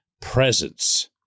presence